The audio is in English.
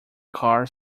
car